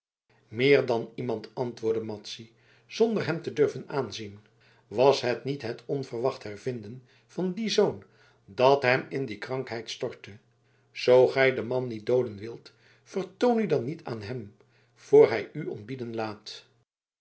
meer dan iemand antwoordde madzy zonder hem te durven aanzien was het niet het onverwacht hervinden van dien zoon dat hem in die krankheid stortte zoo gij den man niet dooden wilt vertoon u dan niet aan hem voor hij u ontbieden laat